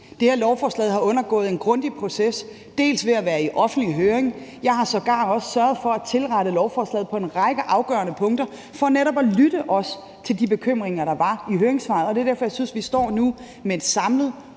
Det her lovforslag har undergået en grundig proces; det har været i offentlig høring, og jeg har sågar også sørget for at tilrette lovforslaget på en række afgørende punkter, fordi jeg netop også har lyttet til de bekymringer, der var i høringssvarene. Og det er derfor, jeg synes, at vi nu står med et samlet